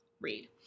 read